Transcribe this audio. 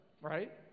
right